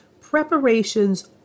Preparations